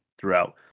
throughout